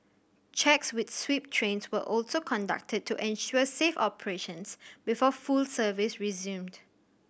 checks with sweep trains were also conducted to ensure safe operations before full service resumed